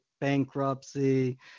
bankruptcy